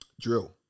drill